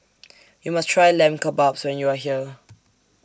YOU must Try Lamb Kebabs when YOU Are here